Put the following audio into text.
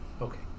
Okay